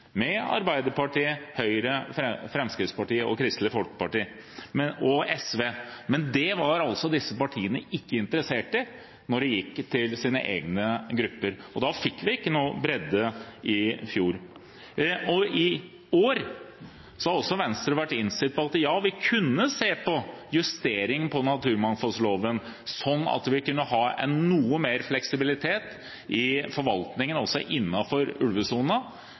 men det var altså disse partiene ikke interessert i når de gikk til sine egne grupper. Da fikk vi ikke noen bredde i fjor. I år har også Venstre vært innstilt på at ja, vi kunne se på en justering av naturmangfoldloven, slik at vi kunne ha noe mer fleksibilitet i forvaltningen også